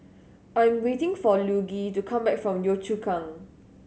I'm waiting for Luigi to come back from Yio Chu Kang